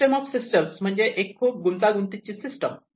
तर system of system म्हणजे एक खूप गुंतागुंतीची सिस्टम